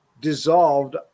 dissolved